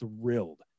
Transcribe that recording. thrilled